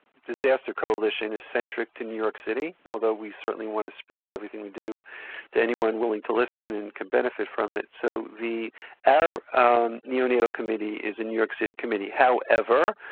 disaster coalition is centric to new york city although we certainly want to spread everything we do to anyone willing to listen and can benefit from it. so the our neonatal committee is a new york city committee. however,